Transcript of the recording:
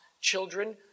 children